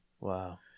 Wow